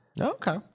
Okay